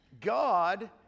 God